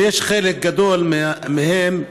וחלק גדול מהן,